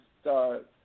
start